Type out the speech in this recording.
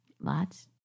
Lots